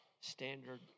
Standard